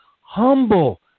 humble